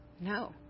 No